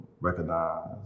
recognize